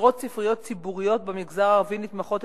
עשרות ספריות ציבוריות במגזר הערבי נתמכות